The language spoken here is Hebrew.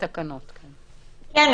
חברים --- קיבלנו רשימה על נפת חברון,